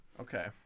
Okay